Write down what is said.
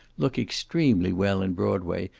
look extremely well in broadway,